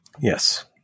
Yes